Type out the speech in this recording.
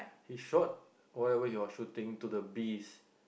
he shot whatever you are shooting to the beast